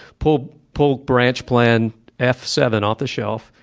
pull pull branch plan f seven off the shelf.